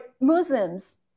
Muslims